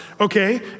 Okay